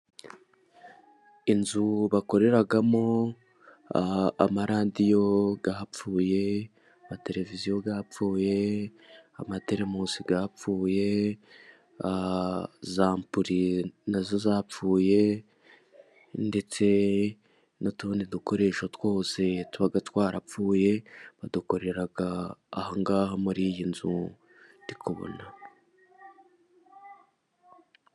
Inzu bakoreramo amaradiyo yapfuye ,amateleviziyo yapfuye, amaterimosi yapfuye ,za ampuri nazo zapfuye, ndetse n'utundi dukoresho twose tuba twarapfuye badukorera aha ngaha muri iyi nzu ndikubona.